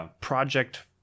Project